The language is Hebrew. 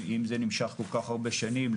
אם זה נמשך כל-כך הרבה שנים,